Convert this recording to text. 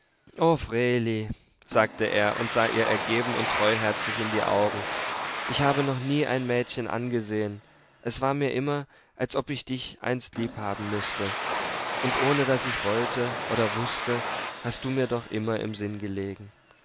sagte er und sah ihr ergeben und treuherzig in die augen ich habe noch nie ein mädchen angesehen es war mir immer als ob ich dich einst liebhaben müßte und ohne daß ich wollte oder wußte hast du mir doch immer im sinn gelegen